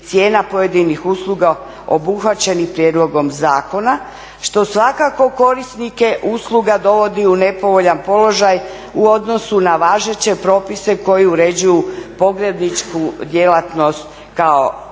cijena pojedinih usluga obuhvaćenih prijedlogom zakona što svakako korisnike usluga dovodi u nepovoljan položaj u odnosu na važeće propise koji uređuju pogrebničku djelatnost kao komunalnu